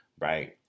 Right